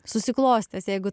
susiklostęs jeigu